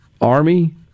army